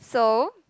so